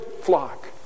flock